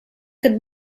could